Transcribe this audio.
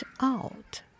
out